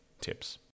tips